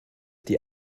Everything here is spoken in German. die